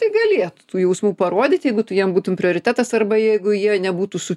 tai galėtų tų jausmų parodyti jeigu tu jam būtum prioritetas arba jeigu jie nebūtų su